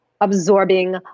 absorbing